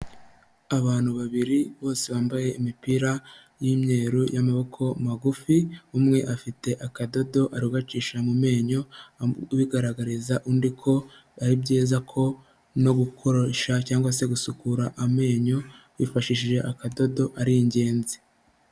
Abantu babiri bose bambaye imipira y'imyeru y'amaboko magufi, umwe afite akadodo ari kugacisha mu menyo, abigaragariza undi ko ari byiza ko no gukoresha cyangwa se gusukura amenyo bifashishije akadodo ari ingenzi.